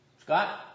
Scott